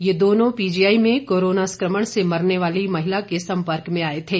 ये दोनों पीजीआई में कोरोना संक्रमण में मरने वाली महिला के संपर्क में आए थे